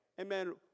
Amen